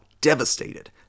devastated